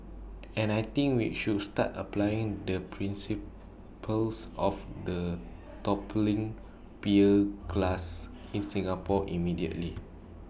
and I think we should start applying the principles of the toppling beer glass in Singapore immediately